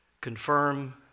Confirm